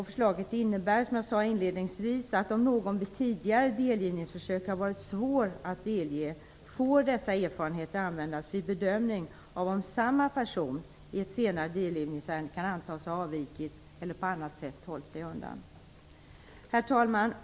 Förslaget innebär, som jag sade inledningsvis, att om någon vid tidigare delgivningsförsök har varit svår att delge får dessa erfarenheter användas vid bedömning av om samma person i ett senare delgivningsärende kan antas ha avvikit eller på annat sätt hållit sig undan. Herr talman!